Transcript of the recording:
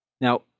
Now